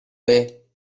way